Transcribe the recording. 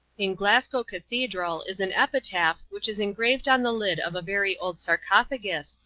in glasgow cathedral is an epitaph, which is engraved on the lid of a very old sarcophagus,